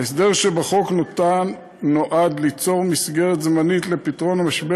ההסדר בחוק נועד ליצור מסגרת זמנית לפתרון המשבר